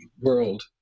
world